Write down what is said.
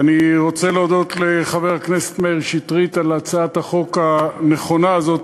אני רוצה להודות לחבר הכנסת מאיר שטרית על הצעת החוק הנכונה הזאת,